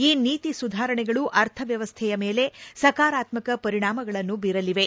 ಈ ನೀತಿ ಸುಧಾರಣೆಗಳು ಅರ್ಥವ್ಯವಸ್ಥೆಯ ಮೇಲೆ ಸಕಾರಾತ್ಮಕ ಪರಿಣಾಮಗಳನ್ನು ಬೀರಲಿವೆ